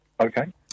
Okay